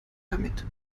damit